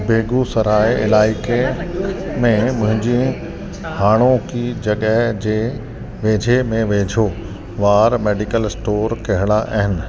बेगुसराए इलाइक़े में मुंहिंजी हाणोकी जॻहि जे वेझे में वेझो वारा मेडिकल स्टोर कहिड़ा आहिनि